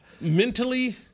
mentally